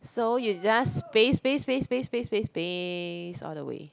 so you just paste paste paste paste paste all the way